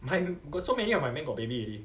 my got so many of my man got baby already